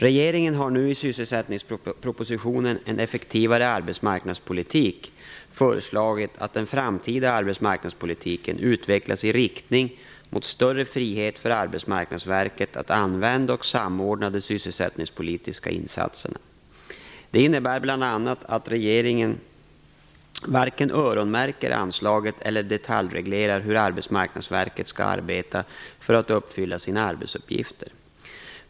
Regeringen har nu i sysselsättningspropositionen, proposition 1994/95:218 En effektivare arbetsmarknadspolitik m.m., föreslagit att den framtida arbetsmarknadspolitiken utvecklas i riktning mot större frihet för Arbetsmarknadsverket att använda och samordna de sysselsättningspolitiska insatserna. Det innebär bl.a. att regeringen varken öronmärker anslaget eller detaljreglerar hur Arbetsmarknadsverket skall arbeta för att uppfylla sina arbetsuppgifter.